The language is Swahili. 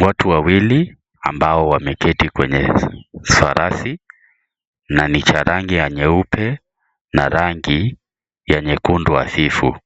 watu wawili ambao wameketi kwenye farasi na ni cha rangi ya nyeupe na rangi ya nyekundu hafifu.